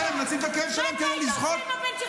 להרוויח מניה פוליטית?